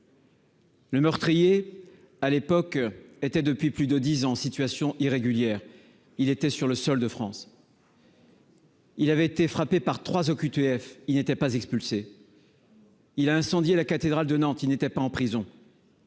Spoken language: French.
Le meurtrier à l'époque était depuis plus de 10 ans en situation irrégulière, il était sur le sol de France. Il avait été frappé par 3 OQTF, il n'était pas expulsé, il a incendié la cathédrale de Nantes, il n'était pas en prison.